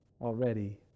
already